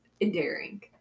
endearing